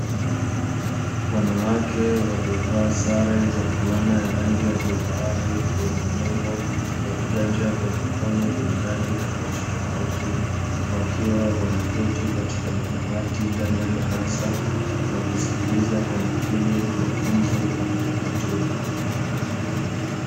Wanawake waliovaa sare na fulana ya rangi ya bluu bahari, yenye nembo ya viganja vya mikono vyenye rangi tofautitofauti, wakiwa wameketi katika madawati ndani ya darasa wakisikiliza kwa makini mafunzo wanayopatiwa.